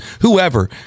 whoever